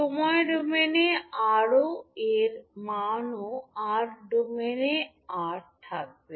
সময় ডোমেনে আর এর মানও আর ডোমেইনে আর থাকবে